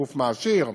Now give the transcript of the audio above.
גוף מעשיר וכו',